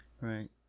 right